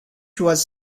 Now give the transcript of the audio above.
was